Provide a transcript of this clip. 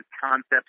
concepts